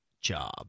job